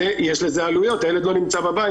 יש לזה עלויות הילד לא נמצא בבית.